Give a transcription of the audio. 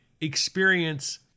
experience